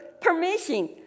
permission